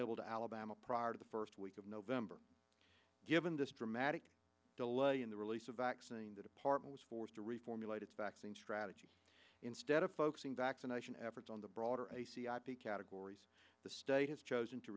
able to alabama prior to the first week of november given this dramatic delay in the release of vaccine the department was forced to reformulate its vaccine strategy instead of focusing vaccination efforts on the broader categories the state has chosen to